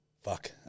Fuck